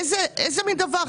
איזה מין דבר?